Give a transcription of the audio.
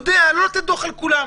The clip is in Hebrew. הוא יודע לא לתת דוח על כולם,